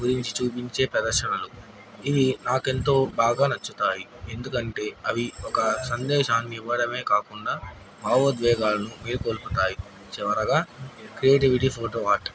గురించి చూపించే ప్రదర్శనలు ఇవి నాకెంతో బాగా నచ్చుతాయి ఎందుకంటే అవి ఒక సందేశాన్ని ఇవ్వడమే కాకుండా భావోద్వేగాలను మేలుకొల్పుతాయి చివరగా క్రియేటివిటీ ఫోటో ఆర్ట్